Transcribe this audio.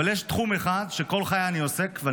אבל יש תחום אחד שכל חיי אני עוסק בו,